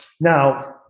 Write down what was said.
Now